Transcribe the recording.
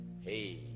Hey